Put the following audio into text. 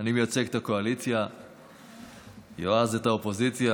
אני מייצג את הקואליציה, יועז, את האופוזיציה.